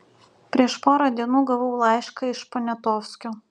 prieš porą dienų gavau laišką iš poniatovskio